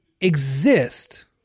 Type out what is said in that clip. exist